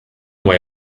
way